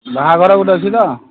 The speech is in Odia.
ବାହାଘର ଗୋଟେ ଅଛି ତ